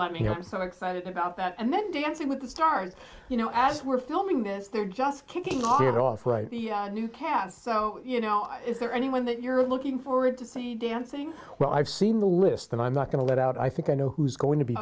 i'm so excited about that and then dancing with the stars you know as we're filming this they're just kicking off it all for new cast so you know is there anyone that you're looking forward to see dancing well i've seen the list that i'm not going to let out i think i know who's going to be